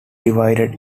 divided